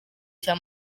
cya